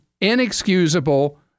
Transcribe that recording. inexcusable